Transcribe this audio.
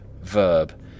Verb